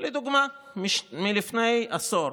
לדוגמה מלפני עשור: